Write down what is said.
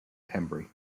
pembrey